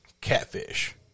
catfish